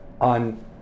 on